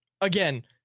Again